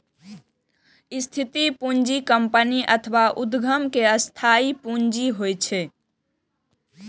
स्थिर पूंजी कंपनी अथवा उद्यम के स्थायी पूंजी होइ छै